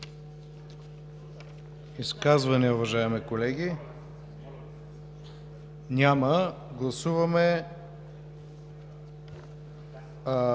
Изказвания, уважаеми колеги? Няма. Гласуваме